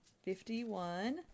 Fifty-one